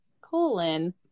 colon